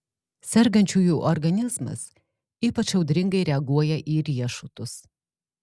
sergančiųjų organizmas ypač audringai reaguoja į riešutus